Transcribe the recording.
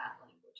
language